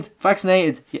Vaccinated